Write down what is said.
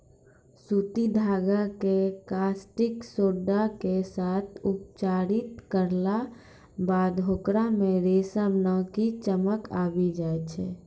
सूती धागा कॅ कास्टिक सोडा के साथॅ उपचारित करला बाद होकरा मॅ रेशम नाकी चमक आबी जाय छै